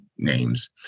names